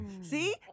See